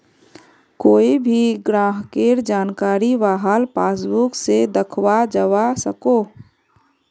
कोए भी ग्राहकेर जानकारी वहार पासबुक से दखाल जवा सकोह